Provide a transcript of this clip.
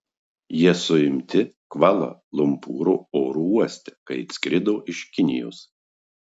jie suimti kvala lumpūro oro uoste kai atskrido iš kinijos